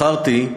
בחרתי,